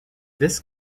this